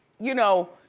you know,